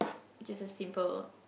just as simple